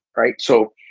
right. so,